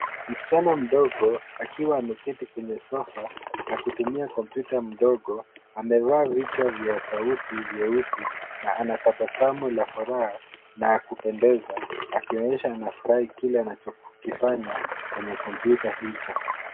msichana mdogo akiwa ameketi kwenye sofa na kutumia kompyuta mdogo amevaa vijo vya sauti vyeuzi na anatabasamu la furahaa na ya kupendeza akionyesha anafurahi kile anachokifanya kwenye kompyuta hicho